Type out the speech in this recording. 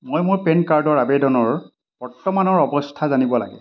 মই মোৰ পেন কাৰ্ডৰ আবেদনৰ বৰ্তমানৰ অৱস্থা জানিব লাগে